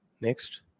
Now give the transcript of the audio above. next